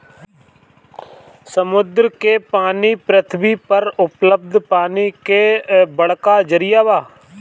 समुंदर के पानी पृथ्वी पर उपलब्ध पानी के बड़का जरिया बा